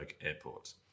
Airport